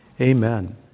Amen